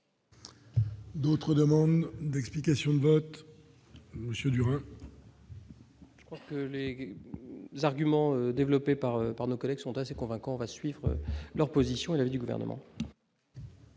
Aux demandes d'explications de vote Monsieur Durand. Je crois que les arguments développés par par nos collègues sont assez convaincants, va suivre leur position et l'avis du gouvernement.